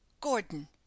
Gordon